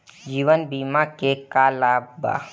जीवन बीमा के का लाभ बा?